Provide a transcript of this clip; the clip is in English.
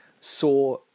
saw